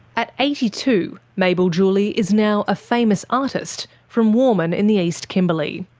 at eighty two, mabel juli is now a famous artist from warmun in the east kimberley.